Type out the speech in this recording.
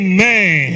Amen